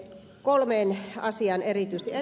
kolmeen asiaan erityisesti